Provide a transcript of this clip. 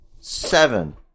Seven